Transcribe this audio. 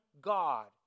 God